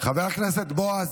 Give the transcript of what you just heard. חבר הכנסת בועז,